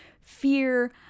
fear